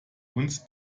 uns